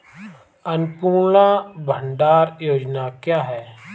अन्नपूर्णा भंडार योजना क्या है?